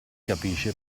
capisce